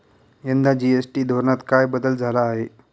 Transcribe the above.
यंदा जी.एस.टी धोरणात काय बदल झाला आहे?